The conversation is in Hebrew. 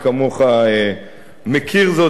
מי כמוך מכיר זאת,